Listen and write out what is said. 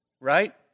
right